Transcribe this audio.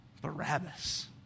Barabbas